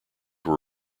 were